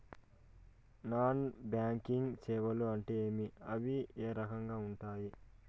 non banking సేవలు అంటే ఏమి అవి ఏ రకంగా ఉండాయి